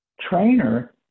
trainer